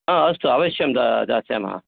अ अस्तु अवश्यं दा दास्यामः